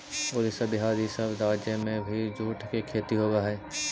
उड़ीसा, बिहार, इ सब राज्य में भी जूट के खेती होवऽ हई